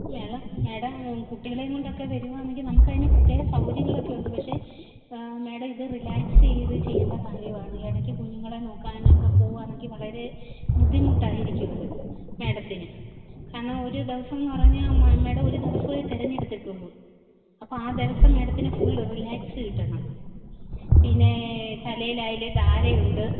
മേളം മേഡം കുട്ടികളെങ്കൊണ്ടൊക്കെ വരുവാന്നെങ്കിൽ നമുക്കതിന് പ്രത്യേക സൗകര്യങ്ങളക്കെയുണ്ട് പക്ഷേ മേഡം ഇത് റിലാക്സ്സെ ചെയ്ത് ചെയ്യേണ്ട കാര്യവാണ് ഇടക്ക് കുഞ്ഞുങ്ങളെ നോക്കാനക്കെ പോവാന്നങ്കിൽ വളരെ ബുദ്ധിമുട്ടായിരിക്കുവത് മേഡത്തിന് കാരണം ഒരു ദിവസമെന്നു പറഞ്ഞാൽ മ മേഡം ഒരു ദിവസമേ തെരഞ്ഞെടുത്തിട്ടുള്ളു അപ്പോൾ ആ ദിവസം മേഡത്തിന് ഫുള് റിലാക്സ് കിട്ടണം പിന്നേ തലയിലായാൽ ധാരയുണ്ട്